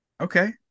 Okay